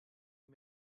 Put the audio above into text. you